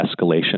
escalation